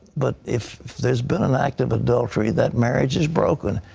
but if there has been an act of adultery, that marriage is broken.